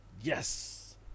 yes